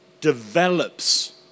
develops